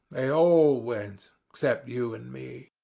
they all went except you and me.